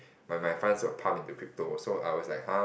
my my friends will pump into crypto so I was like !huh!